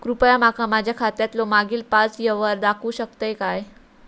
कृपया माका माझ्या खात्यातलो मागील पाच यव्हहार दाखवु शकतय काय?